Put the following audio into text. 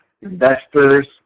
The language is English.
investors